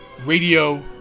Radio